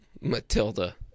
Matilda